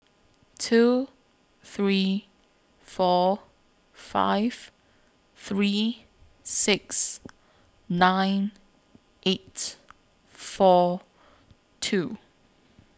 two three four five three six nine eight four two